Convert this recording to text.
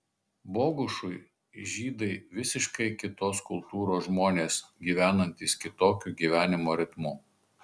bogušui žydai visiškai kitos kultūros žmonės gyvenantys kitokiu gyvenimo ritmu